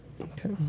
Okay